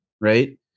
Right